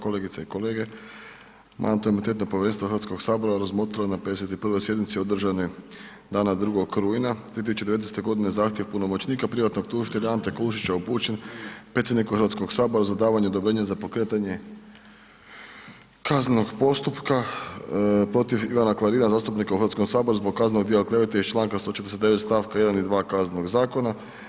Kolegice i kolege, Mandatno-imunitetno povjerenstvo Hrvatskog sabora razmotrilo je na 51. sjednici održanoj dana 2. rujna 2019. godine zahtjev punomoćnika privatnog tužitelja Ante Kulušića upućen predsjedniku Hrvatskog sabora za davanje odobrenja za pokretanje kaznenog postupka protiv Ivana Klarina zastupnika u Hrvatskom saboru zbog kaznenog djela klevete iz Članka 149. stavka 1. i 2. Kaznenog zakona.